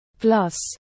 Plus